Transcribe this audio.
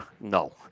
No